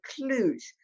clues